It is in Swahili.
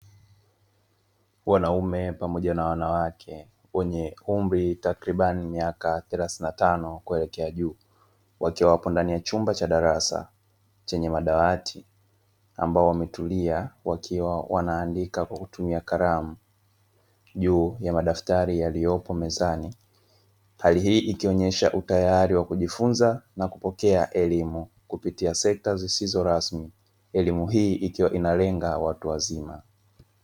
Wanaume pamoja na wanawake wenye umri takribani miaka thelathini na tano kuelekea juu; wakiwa wapo ndani ya chumba cha darasa chenye madawati ambao wametulia wakiwa wanaandika kwa kutumia kalamu juu ya madaftari yaliyopo mezani, hali hii ikionesha utayari wa kujifunza na kupokea elimu kupitia sekta zisizo rasmi; elimu hii ikiwa inalenga watu wazima.